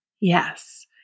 Yes